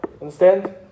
Understand